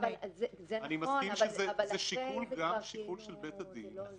זה נכון, אבל אחרי זה זה כבר כאילו לא עוזר.